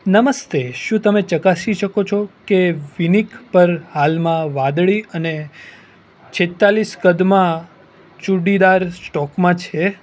નમસ્તે શું તમે ચકાસી શકો છો કે વિનિક પર હાલમાં વાદળી અને છેતાલીસ કદમાં ચૂડીદાર સ્ટોકમાં છે